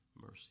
mercy